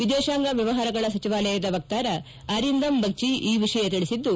ವಿದೇಶಾಂಗ ವ್ಲವಹಾರಗಳ ಸಚಿವಾಲಯದ ವಕ್ತಾರ ಅರಿಂದಮ್ ಬಗ್ಗಿ ಈ ವಿಷಯ ತಿಳಿಸಿದ್ದು